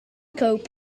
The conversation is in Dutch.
scant